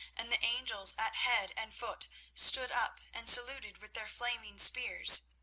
and the angels at head and foot stood up and saluted with their flaming spears.